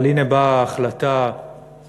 אבל הנה באה ההחלטה התמוהה